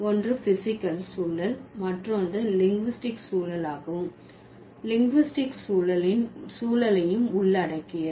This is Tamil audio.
ஒன்று பிஸிக்கல் சூழல் மற்றொன்று லிங்குஸ்டிக் சூழலாகவும் லிங்குஸ்டிக் சூழலின் சூழலையும் உள்ளடக்கியது